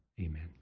amen